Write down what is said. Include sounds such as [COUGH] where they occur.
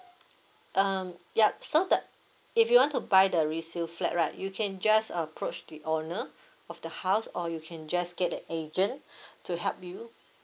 um yup so that if you want to buy the resale flat right you can just approach the owner of the house or you can just get the agent [BREATH] to help you